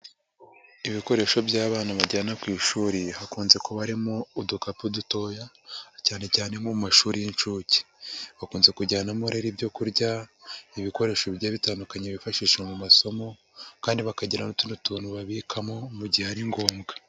Ibikoresho by'abana bajyana ku ishuri hakunze kubamo udukapu dutoya cyane cyane nko mu mashuri y'inshuke, bakunze kujyanamo rero ibyo kurya, ibikoresho bigiye bitandukanye bifashisha mu masomo kandi bakagira n'utundi tuntu babikamo mu gihe ari ngombwa.